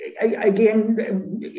again